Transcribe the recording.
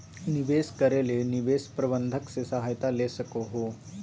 निवेश करे ले निवेश प्रबंधक से सहायता ले सको हो